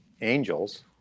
angels